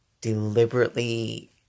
Deliberately